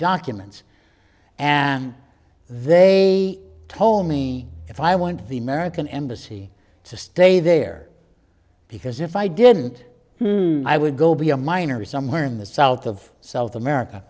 documents and they told me if i want the american embassy to stay there because if i didn't i would go be a minor somewhere in the south of south america